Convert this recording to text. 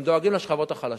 הם דואגים לשכבות החלשות,